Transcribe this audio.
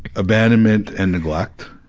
abandonment and neglect.